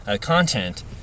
content